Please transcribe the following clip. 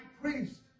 priest